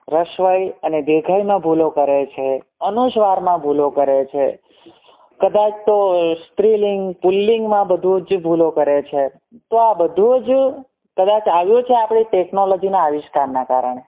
હૃસ્વ ઇ અને દીર્ઘ ઈમાં ભૂલો કરે અનુસ્વારમાં ભૂલો કરે છે કદાચ તો સ્ત્રીલિંગ પુલ્લિંગમાં બધું જ ભૂલો કરે છે તો આ બધું જ કદાચ આવ્યું છે આપણી ટેકનોલોજીના આવિષ્કારનાં કારણે